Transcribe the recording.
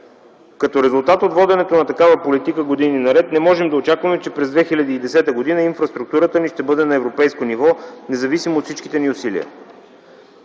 Като резултат от воденето на такава политика години наред не можем да очакваме, че през 2010 г. инфраструктурата ни ще бъде на европейско ниво, независимо от всичките ни усилия.